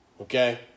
okay